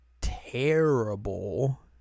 terrible